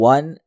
One